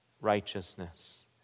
righteousness